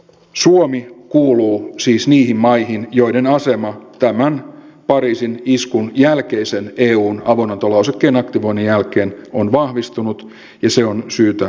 suomi kuuluu siis niihin maihin joiden asema tämän pariisin iskun jälkeisen eun avunantolausekkeen aktivoinnin jälkeen on vahvistunut ja se on syytä noteerata